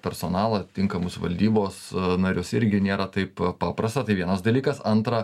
personalą tinkamus valdybos narius irgi nėra taip paprasta tai vienas dalykas antra